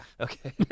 Okay